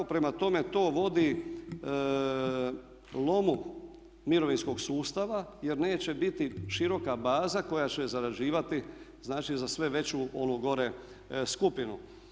Prema tome, to vodi lomu mirovinskog sustava jer neće biti široka baza koja će zarađivati znači za sve veću onu gore skupinu.